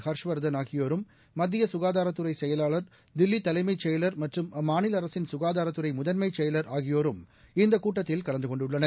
ஹர்ஷ்வர்தன் ஆகியோரும் மத்தியசுகாதாரத்துறைசெயலாளர் தில்விதலைமைச் செயலர் மற்றும் அம்மாநில அரசின் சுகாதாரத்துறைமுதன்மைச்செயலர் ஆகியோரும் இந்தகூட்டத்தில் கலந்து கொண்டுள்ளனர்